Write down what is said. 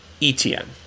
ETN